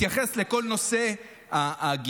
בהתייחס לכל נושא הגיוס,